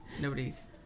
Nobody's